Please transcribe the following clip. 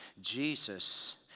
Jesus